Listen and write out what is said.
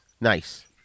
Nice